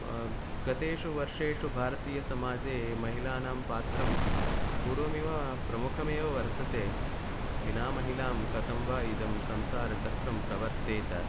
गतेषु वर्षेषु भारतीयसमाजे महिलानां पात्रं पूर्वमिव प्रमुखमेव वर्तते विनामहिलां कथं वा इदं संसारचक्रं प्रवर्तेत